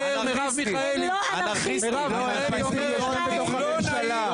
מרב מיכאלי אומרת לא נעים,